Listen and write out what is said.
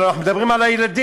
הלוא אנחנו מדברים על הילדים,